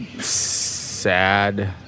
sad